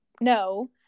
no